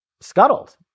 scuttled